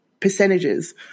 percentages